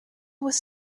was